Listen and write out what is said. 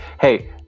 hey